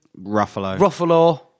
Ruffalo